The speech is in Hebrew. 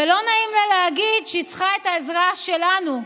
ולא נעים להגיד שהיא צריכה את העזרה שלנו,